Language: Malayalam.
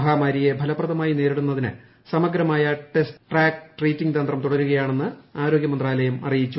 മഹാമാരിയെ ഫലപ്രദമായി നേരിടുന്നതിന് സമഗ്രമായ ടെസ്റ്റ് ട്രാക്കിംഗ് ട്രീറ്റിങ്ങ് തന്ത്രം തുടരുകയാണെന്ന് ആരോഗ്യ മന്ത്രാലയം അറിയിച്ചു